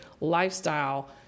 lifestyle